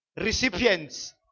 recipients